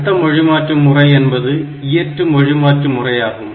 அடுத்த மொழிமாற்று முறை என்பது இயற்று மொழிமாற்றி முறையாகும்